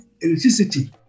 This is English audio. electricity